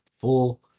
full